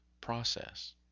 process